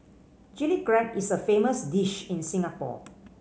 Chilli Crab is a famous dish in Singapore